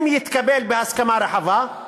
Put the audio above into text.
אם יתקבל בהסכמה רחבה,